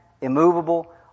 immovable